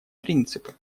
принципы